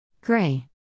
Gray